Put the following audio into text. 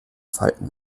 falken